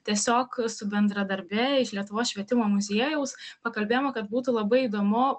tiesiog su bendradarbe iš lietuvos švietimo muziejaus pakalbėjome kad būtų labai įdomu